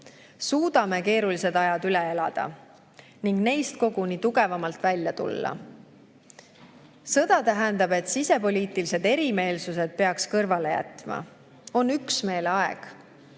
suudame keerulised ajad üle elada ning neist koguni tugevamalt välja tulla. Sõda tähendab, et sisepoliitilised erimeelsused tuleb kõrvale jätta. On üksmeeleaeg.